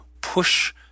push